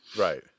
Right